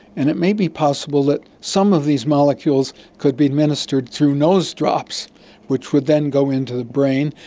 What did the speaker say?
and it may be possible that some of these molecules could be administered through nose drops which would then go into the brain,